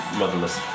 motherless